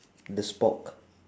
the spork